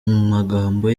magambo